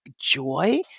joy